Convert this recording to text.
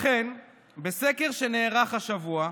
לכן בסקר שנערך השבוע,